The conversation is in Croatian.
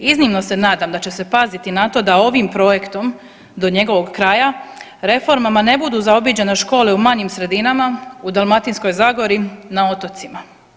Iznimno se nadam da će se paziti na to da ovim projektom do njegovog kraja reformama ne budu zaobiđene škole u manjim sredinama, u Dalmatinskoj zagori, na otocima.